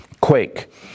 quake